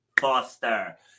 Foster